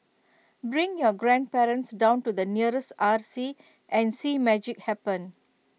bring your grandparents down to the nearest R C and see magic happen